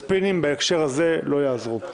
הספינים בהקשר הזה לא יעזרו.